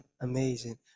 Amazing